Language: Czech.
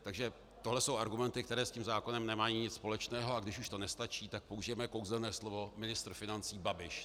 Takže tohle jsou argumenty, které s tím zákonem nemají nic společného, a když už to nestačí, tak použijeme kouzelné slovo ministr financí Babiš.